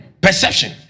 perception